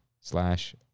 slash